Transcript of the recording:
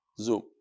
Zoom